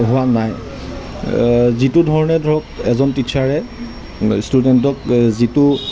হোৱা নাই যিটো ধৰণে ধৰক এজন টীচাৰে ষ্টুডেণ্টক যিটো